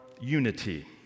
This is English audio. unity